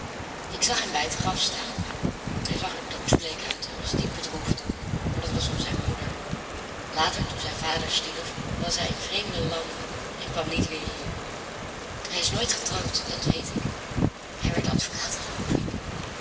ik zag hem bij het graf staan hij zag er doodsbleek uit en was diep bedroefd maar dat was om zijn moeder later toen zijn vader stierf was hij in vreemde landen en kwam niet weer hier hij is nooit getrouwd dat weet ik hij werd advocaat geloof ik